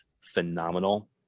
phenomenal